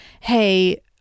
Hey